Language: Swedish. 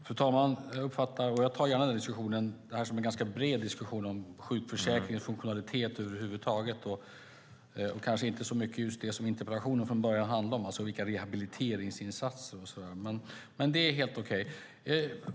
Fru talman! Jag tar gärna den ganska breda diskussionen om sjukförsäkringens funktionalitet över huvud taget. Det kanske inte är så mycket just det som interpellationen från början handlade om, alltså frågan om rehabiliteringsinsatser, men det är helt okej.